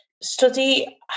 Study